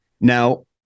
Now